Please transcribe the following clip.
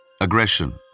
Aggression